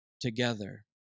together